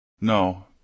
No